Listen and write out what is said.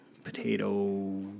Potato